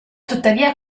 tuttavia